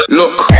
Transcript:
look